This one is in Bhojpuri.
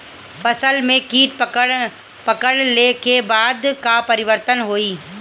फसल में कीट पकड़ ले के बाद का परिवर्तन होई?